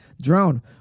drone